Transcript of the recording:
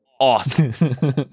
awesome